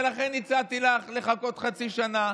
ולכן הצעתי לך לחכות חצי שנה.